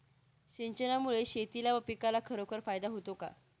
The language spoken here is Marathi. सिंचनामुळे शेतीला व पिकाला खरोखर फायदा होतो का?